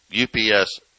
UPS